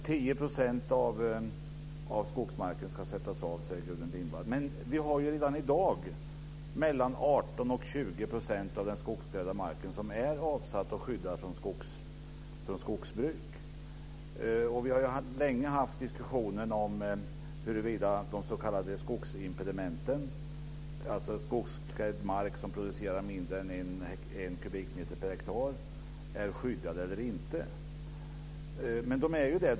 10 % av skogsmarken ska sättas av, säger Gudrun Lindvall. Men vi har redan i dag mellan 18 och 20 % av den skogsklädda marken som är avsatt och skyddad från skogsbruk. Vi har länge haft diskussioner om huruvida den s.k. skogsimpedimenten, alltså skogsklädd mark som producerar mindre än en kubikmeter per hektar, är skyddade eller inte. Men de är det.